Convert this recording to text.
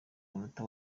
munota